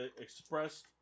expressed